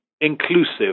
inclusive